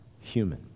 human